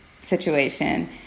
situation